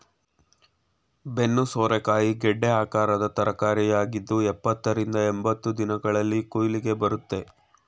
ಬೆನ್ನು ಸೋರೆಕಾಯಿ ಗೆಡ್ಡೆ ಆಕಾರದ ತರಕಾರಿಯಾಗಿದ್ದು ಎಪ್ಪತ್ತ ರಿಂದ ಎಂಬತ್ತು ದಿನಗಳಲ್ಲಿ ಕುಯ್ಲಿಗೆ ಬರುತ್ತೆ